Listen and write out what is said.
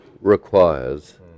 requires